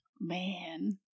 Man